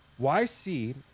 YC